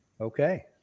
Okay